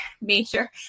major